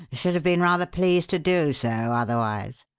should have been rather pleased to do so, otherwise.